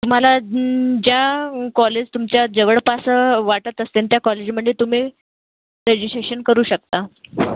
मला जी कॉलेज तुमच्या जवळपास वाटत असतील त्या कॉलेजमध्ये तुम्ही रेजिसेशन करू शकता